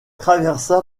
traversa